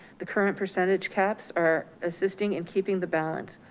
the current percentage caps are assisting and keeping the balance.